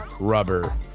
rubber